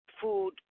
food